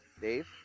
Dave